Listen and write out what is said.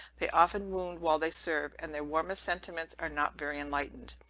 they often wound while they serve and their warmest sentiments are not very enlightened,